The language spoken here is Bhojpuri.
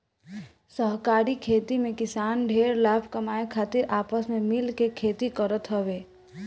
सहकारी खेती में किसान ढेर लाभ कमाए खातिर आपस में मिल के खेती करत हवे